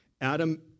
Adam